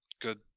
good